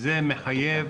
וזה מחייב